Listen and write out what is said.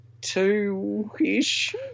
two-ish